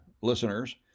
listeners